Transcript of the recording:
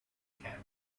campaign